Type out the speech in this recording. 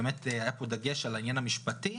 היה פה דגש על העניין המשפטי,